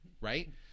right